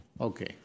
Okay